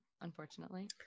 unfortunately